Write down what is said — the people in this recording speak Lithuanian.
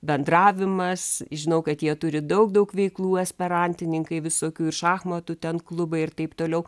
bendravimas žinau kad jie turi daug daug veiklų esperantininkai visokių ir šachmatų ten klubai ir taip toliau